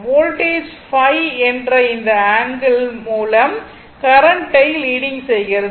voltage ϕ என்ற இந்த angle மூலம் கரண்ட்டை லீடிங் செய்கிறது